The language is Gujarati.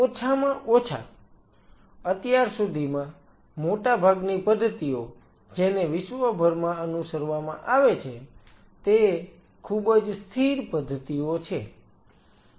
ઓછામાં ઓછા અત્યાર સુધીમાં મોટાભાગની પદ્ધતિઓ જેને વિશ્વભરમાં અનુસરવામાં આવે છે તે ખૂબ જ સ્થિર પદ્ધતિઓ છે